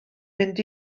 mynd